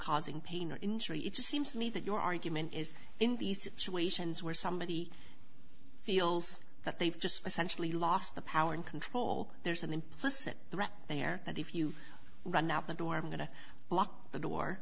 causing pain or injury it just seems to me that your argument is in these situations where somebody feels that they've just essentially lost the power and control there's an implicit threat there that if you run out the door i'm going to block the door